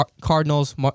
Cardinals